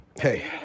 Hey